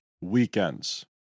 weekends